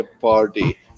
party